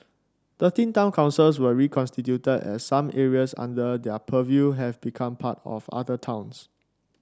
thirteen town councils were reconstituted as some areas under their purview have become part of other towns